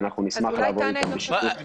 אנחנו נשמח לעבוד איתם בשיתוף פעולה.